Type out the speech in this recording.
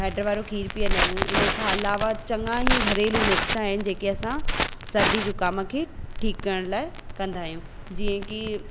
हैड वारो खीर पीअंदा आहियूं इन खां अलावा चङा ई घरेलू नुस्खा आहिनि जेकी असां सर्दी जुखाम खे ठीकु करण लाइ कंदा आहियूं जीअं कि